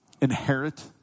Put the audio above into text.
inherit